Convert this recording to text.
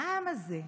לעם הזה.